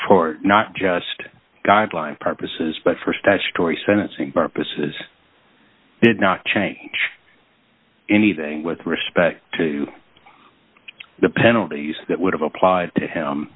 for not just guidelines purposes but for statutory sentencing purposes did not change anything with respect to the penalties that would have applied to him